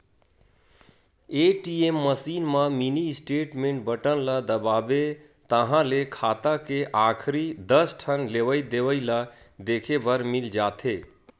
ATM machine म mini statement button ल दबाबे ताहाँले खाता के आखरी दस ठन लेवइ देवइ ल देखे बर मिल जाथे